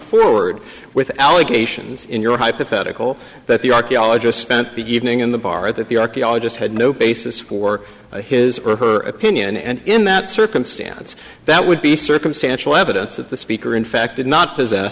forward with allegations in your hypothetical that the archaeologist spent the evening in the bar that the archaeologist had no basis for his or her opinion and in that circumstance that would be circumstantial evidence that the speaker in fact did not